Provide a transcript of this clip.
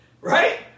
Right